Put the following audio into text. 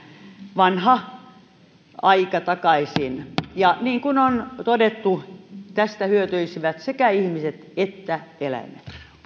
vanha aika takaisin niin kuin on todettu tästä hyötyisivät sekä ihmiset että eläimet